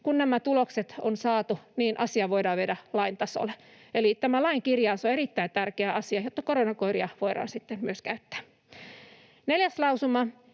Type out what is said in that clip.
kun nämä tulokset on saatu, asia voidaan viedä lain tasolle, eli tämä lain kirjaus on erittäin tärkeä asia, jotta koronakoiria voidaan sitten myös käyttää. 4. lausuma: